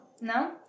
no